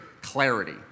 clarity